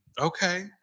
Okay